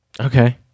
Okay